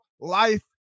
life